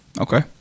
Okay